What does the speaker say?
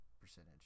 percentage